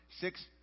Six